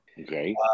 Okay